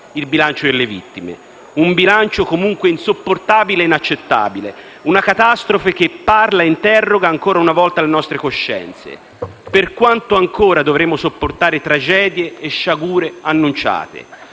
il bilancio delle vittime; un bilancio comunque insopportabile e inaccettabile. Una catastrofe che parla e interroga ancora una volta le nostre coscienze. Per quanto ancora dovremo sopportare tragedie e sciagure annunciate?